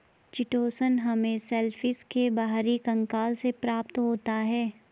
chitosan हमें shellfish के बाहरी कंकाल से प्राप्त होता है